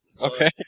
Okay